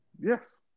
yes